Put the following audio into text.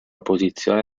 posizione